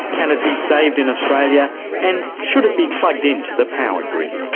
can it be saved in australia and should it be plugged in to the power grid?